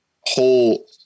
whole